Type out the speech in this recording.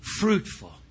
fruitful